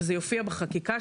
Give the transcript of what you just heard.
וזה יופיע בחקיקה,